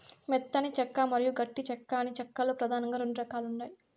మెత్తని చెక్క మరియు గట్టి చెక్క అని చెక్క లో పదానంగా రెండు రకాలు ఉంటాయి